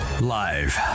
Live